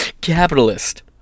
capitalist